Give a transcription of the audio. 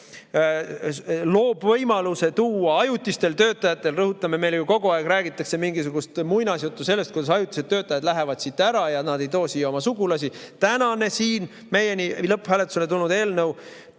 võimalus tuua ajutistel töötajatel [siia sugulasi]. Rõhutan: meile ju kogu aeg räägitakse mingisugust muinasjuttu sellest, kuidas ajutised töötajad lähevad siit ära ja nad ei too siia oma sugulasi. Tänane lõpphääletusele tulnud eelnõu